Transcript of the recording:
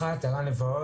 אנחנו מבקשים